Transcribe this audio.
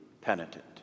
penitent